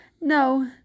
No